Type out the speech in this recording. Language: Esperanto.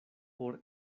por